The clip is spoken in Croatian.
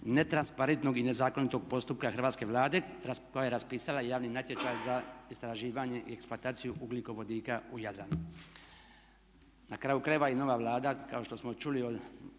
netransparentnog i nezakonitog postupka Hrvatske vlade koja je raspisala javni natječaj za istraživanje i eksploataciju ugljikovodika u Jadranu. Na kraju krajeva i nova Vlada kao što smo čuli od